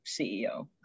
CEO